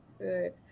Good